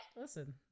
listen